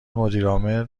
مدیرعامل